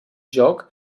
joc